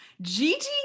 Gigi